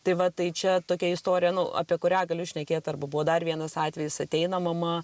tai va tai čia tokia istorija apie kurią galiu šnekėt arba buvo dar vienas atvejis ateina mama